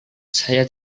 saya